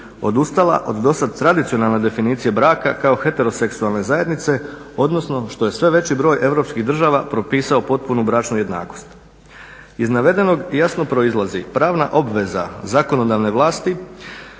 odustala od do sad tradicionalne definicije braka kao heteroseksualne zajednice, odnosno što je sve veći broj država propisao potpunu bračnu jednakost. Iz navedenog jasno proizlazi pravna obveza zakonodavne vlasti